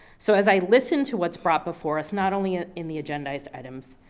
so as i listen to what's brought before us, not only ah in the agendized items